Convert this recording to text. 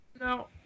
No